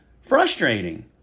frustrating